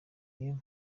niyo